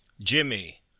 jimmy